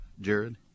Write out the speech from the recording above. jared